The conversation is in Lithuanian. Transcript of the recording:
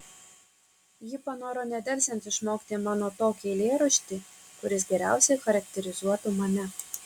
ji panoro nedelsiant išmokti mano tokį eilėraštį kuris geriausiai charakterizuotų mane